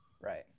Right